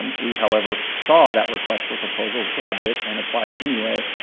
we however saw that request for proposals, grabbed it and applied anyway,